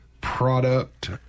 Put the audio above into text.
product